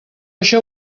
això